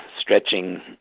stretching